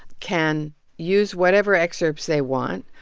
can use whatever excerpts they want,